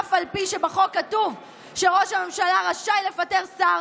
אף על פי שבחוק כתוב שראש הממשלה רשאי לפטר שר,